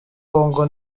congo